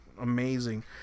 amazing